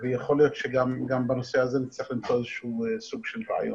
דוחות שיצאו מחדר המצב